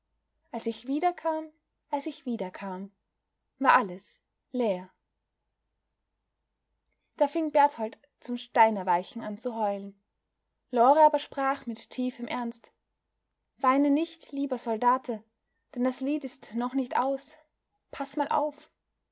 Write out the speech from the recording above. als ich wiederkam als ich wiederkam war alles leer da fing berthold zum steinerweichen an zu heulen lore aber sprach mit tiefem ernst weine nicht lieber soldate denn das lied ist noch nicht aus paß mal auf